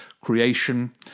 creation